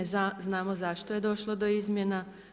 Znamo zašto je došlo do izmjena.